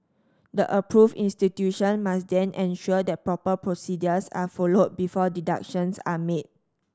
the approved institution must then ensure that proper procedures are followed before deductions are made